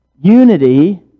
unity